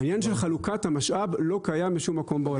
העניין של חלוקת המשאב לא קיים בשום מקום בעולם.